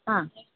हा